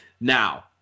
Now